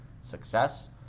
success